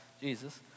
Jesus